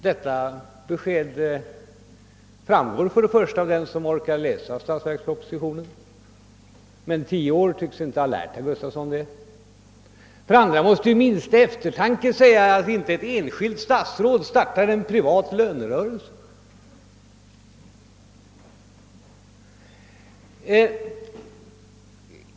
Detta kan den övertyga sig om som orkar läsa statsverkspropositionen — tio år tycks emellertid inte ha lärt herr Gustavsson i Alvesta att läsa den rätt. Den minsta eftertanke måste dessutom säga herr Gustavsson att ett enskilt statsråd inte startar en privat lönerörelse.